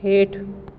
हेठि